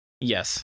Yes